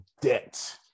debt